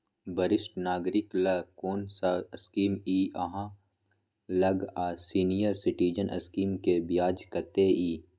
वरिष्ठ नागरिक ल कोन सब स्कीम इ आहाँ लग आ सीनियर सिटीजन स्कीम के ब्याज कत्ते इ?